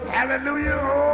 Hallelujah